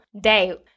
day